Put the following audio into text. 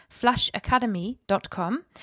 flashacademy.com